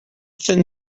thin